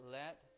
let